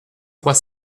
trois